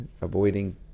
Avoiding